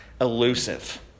elusive